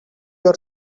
your